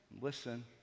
listen